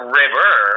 river